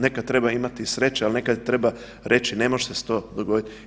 Nekad treba imati i sreće, ali nekad treba reći ne može se to dogoditi.